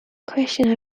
question